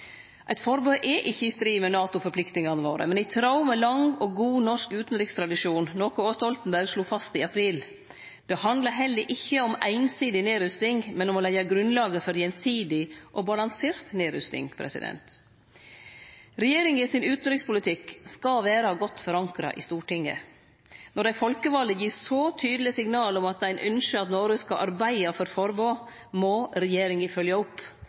Eit forbod er ikkje i strid med NATO-forpliktingane våre, men i tråd med lang og god norsk utanrikstradisjon, noko òg Stoltenberg slo fast i april. Det handlar heller ikkje om einsidig nedrusting, men om å leggje grunnlaget for gjensidig og balansert nedrusting. Regjeringa sin utanrikspolitikk skal vere godt forankra i Stortinget. Når dei folkevalde gir så tydeleg signal om at dei ynskjer at Noreg skal arbeide for forbod, må regjeringa følgje opp.